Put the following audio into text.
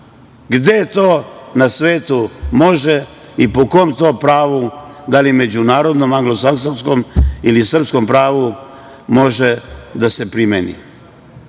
Gde to na svetu može i po kom to pravu, da li međunarodnom, anglosaksonskom ili srpskom pravu, može da se primeni? Mi